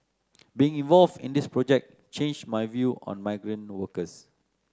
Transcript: being involved in this project changed my view on migrant workers